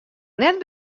net